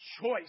choice